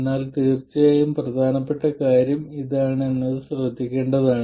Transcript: എന്നാൽ തീർച്ചയായും പ്രധാന കാര്യം ഇതാണ് എന്നത് ശ്രദ്ധിക്കേണ്ടതാണ്